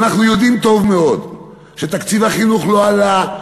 אנחנו יודעים טוב מאוד שתקציב החינוך לא עלה,